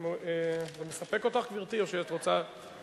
זה מספק אותך, גברתי, או שאת רוצה, כן.